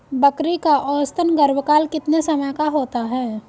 बकरी का औसतन गर्भकाल कितने समय का होता है?